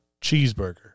cheeseburger